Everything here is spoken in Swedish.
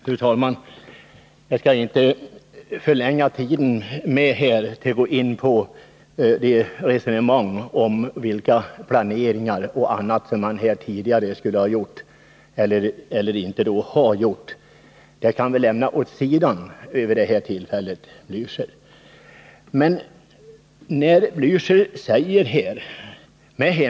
Fru talman! Jag skall inte förlänga debatten med att gå in på några resonemang om vilka planeringar och annat som man tidigare skulle ha gjort eller inte gjort; det är den vanliga visan och det kan vi lämna åt sidan vid det här tillfället, Raul Blächer.